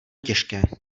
těžké